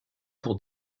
pour